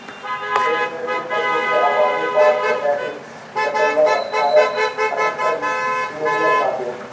देश में कुल पशु के आबादी पाँच सौ पैंतीस दशमलव अठहत्तर मिलियन बाटे